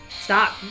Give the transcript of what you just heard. Stop